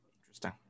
interesting